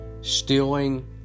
stealing